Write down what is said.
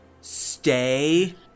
Stay